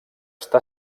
està